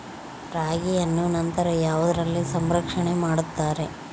ರಾಗಿಯನ್ನು ನಂತರ ಯಾವುದರಲ್ಲಿ ಸಂರಕ್ಷಣೆ ಮಾಡುತ್ತಾರೆ?